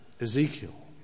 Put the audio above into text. Ezekiel